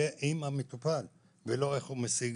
יהיה עם המטופל ולא שיתעסק באיך הוא משיג